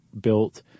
built